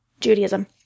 Judaism